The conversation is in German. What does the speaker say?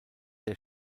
der